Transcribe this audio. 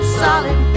solid